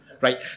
Right